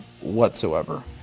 whatsoever